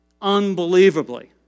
unbelievably